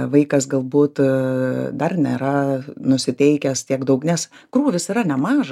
vaikas galbūt dar nėra nusiteikęs tiek daug nes krūvis yra nemaža